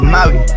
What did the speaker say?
Maui